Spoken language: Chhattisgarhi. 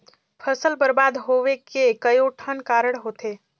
फसल बरबाद होवे के कयोठन कारण होथे